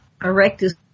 erectus